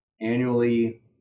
annually